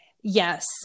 yes